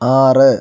ആറ്